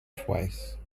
twice